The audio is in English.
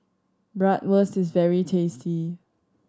bratwurst is very tasty